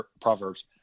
Proverbs